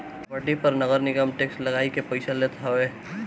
property पअ नगरनिगम tax लगाइ के पईसा लेत हवे